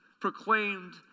proclaimed